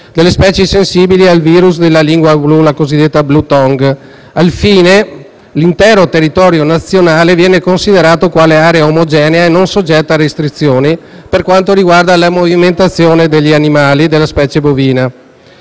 delle specie sensibili al *virus* della lingua blu (la cosiddetta *blue tongue*). A tal fine, l'intero territorio nazionale viene considerato quale area omogenea e non soggetta a restrizioni per quanto riguarda la movimentazione degli animali della specie bovina.